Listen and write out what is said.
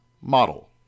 model